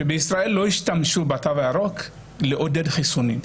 שבישראל לא השתמשו בתו הירוק לעודד חיסונים.